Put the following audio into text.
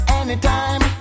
anytime